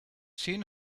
seen